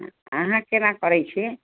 अहाँ केना करैत छी